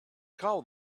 called